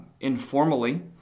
informally